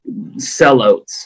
sellouts